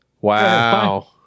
Wow